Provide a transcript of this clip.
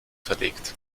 verlegt